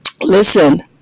Listen